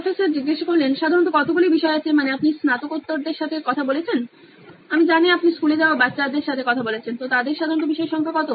professor সাধারণত কতগুলি বিষয় আছে মানে আপনি স্নাতকোত্তরদের সাথে কথা বলেছেন আমি জানি আপনি স্কুলে যাওয়া বাচ্চাদের সাথে কথা বলেছেন তো তাদের সাধারণত বিষয় সংখ্যা কত